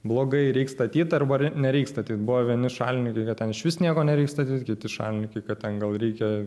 blogai reik statyt arba nereik statyt buvo vieni šalininkai ten išvis nieko nevyksta kiti šalininkai kad ten gal reikia